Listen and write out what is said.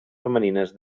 femenines